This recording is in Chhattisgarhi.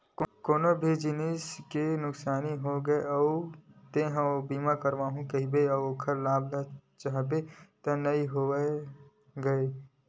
कोनो जिनिस के नुकसानी होगे अउ तेंहा बीमा करवाहूँ कहिबे अउ ओखर लाभ चाहबे त नइ मिलय न गोये